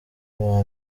n’uwa